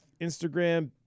Instagram